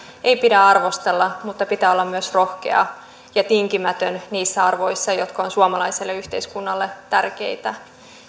ei pidä arvostella mutta pitää olla myös rohkea ja tinkimätön niissä arvoissa jotka ovat suomalaiselle yhteiskunnalle tärkeitä